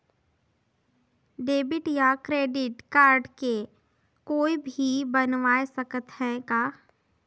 Debit या credit card के कोई भी बनवाय सकत है का?